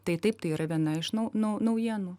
tai taip tai yra viena iš nau naujienų